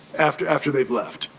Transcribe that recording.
after after they have left?